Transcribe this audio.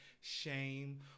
shame